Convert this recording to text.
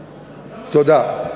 תודה.